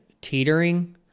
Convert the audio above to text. teetering